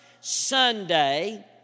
Sunday